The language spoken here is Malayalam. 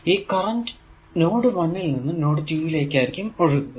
ഈ കറന്റ് നോഡ് 1 ൽ നിന്നും നോഡ് 2 ലേക്കായിരിക്കും ഒഴുകുക